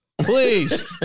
please